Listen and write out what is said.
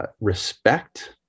respect